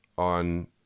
on